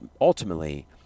ultimately